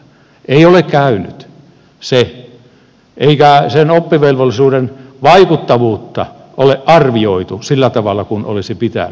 ei ole käynyt se eikä sen oppivelvollisuuden vaikuttavuutta ole arvioitu sillä tavalla kuin olisi pitänyt